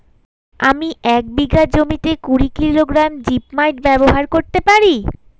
আমি এক বিঘা জমিতে কুড়ি কিলোগ্রাম জিপমাইট ব্যবহার করতে পারি?